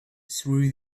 through